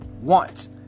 want